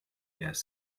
airs